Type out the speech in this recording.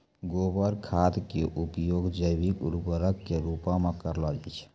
गोबर खाद के उपयोग जैविक उर्वरक के रुपो मे करलो जाय छै